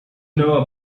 know